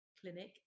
Clinic